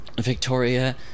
Victoria